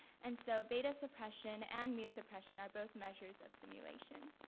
and so beta suppression and mu suppression are both measures of simulation.